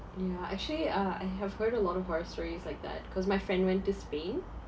yeah actually uh I have heard a lot of horror stories like that cause my friend went to spain